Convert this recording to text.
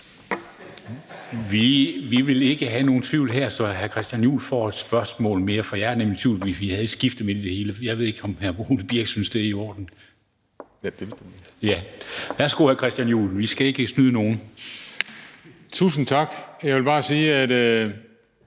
Vi vil ikke have nogen tvivl her, så hr. Christian Juhl får et spørgsmål mere. Jeg er nemlig i tvivl, for vi havde et skifte midt i det hele. Jeg ved ikke, om hr. Ole Birk Olesen, synes det, er i orden. Jo. Værsgo, hr. Christian Juhl. Vi skal ikke snyde nogen. Kl. 16:00 Christian